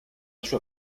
sua